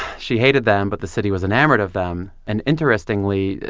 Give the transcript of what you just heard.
she hated them, but the city was enamored of them. and interestingly,